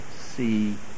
see